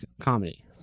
comedy